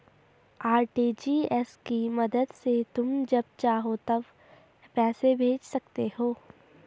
RTGS की मदद से तुम जब चाहो तब पैसे भेज सकते हो